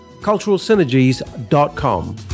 culturalsynergies.com